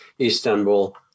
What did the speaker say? Istanbul